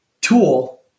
tool